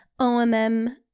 OMM